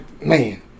man